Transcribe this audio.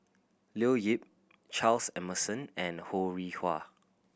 Leo Yip Charles Emmerson and Ho Rih Hwa